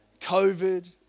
COVID